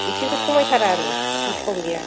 एसेबो खमायथारा आरो डिसकाउन्ट गैया